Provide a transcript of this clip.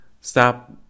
Stop